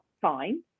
fine